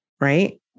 right